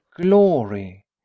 glory